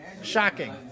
Shocking